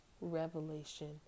revelation